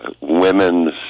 Women's